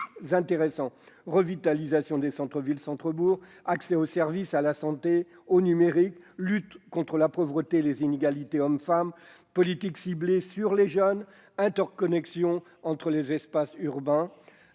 revitalisation des centres-villes et des centres-bourgs, accès aux services, à la santé, au numérique, lutte contre la pauvreté et les inégalités entre les hommes et les femmes, politiques ciblées sur les jeunes, interconnexion avec les espaces urbains,